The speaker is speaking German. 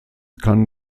kann